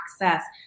access